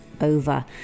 over